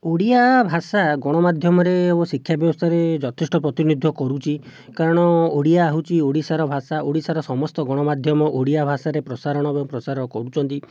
ଓଡ଼ିଆ ଭାଷା ଗଣମାଧ୍ୟମରେ ଏବଂ ଶିକ୍ଷା ବ୍ୟବସ୍ଥାରେ ଯଥେଷ୍ଟ ପ୍ରତିନିଧିତ୍ଵ କରୁଛି କାରଣ ଓଡ଼ିଆ ହେଉଛି ଓଡ଼ିଶାର ଭାଷା ଓଡ଼ିଶାର ସମସ୍ତ ଗଣମାଧ୍ୟମ ଓଡ଼ିଆ ଭାଷାରେ ପ୍ରସାରଣ ଏବଂ ପ୍ରସାର କରୁଛନ୍ତି